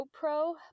GoPro